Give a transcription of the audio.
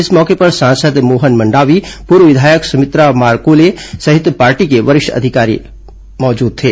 इस मौके पर सांसद मोहन मंडावी पूर्व विधायक सुमित्रा मारकोले सहित पार्टी के वरिष्ठ अधिकारी मौजूद थे